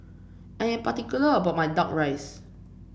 I am particular about my duck rice